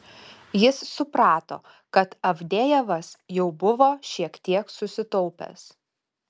jis suprato kad avdejevas jau buvo šiek tiek susitaupęs